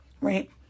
right